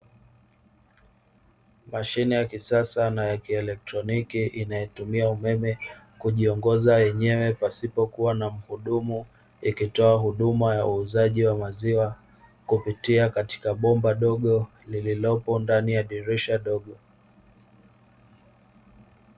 Mashine ya kisasa na ya kieletroniki inayotumia umeme kujiongoza yenyewe pasipo kua na muhudumu, ikitoa huduma ya uuzaji wa maziwa kupitia katika bomba dogo lililopo ndani ya dirisha dogo